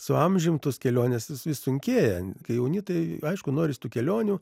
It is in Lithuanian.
su amžium tos kelionės vis vis sunkėja kai jauni tai aišku noris tų kelionių